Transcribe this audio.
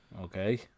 Okay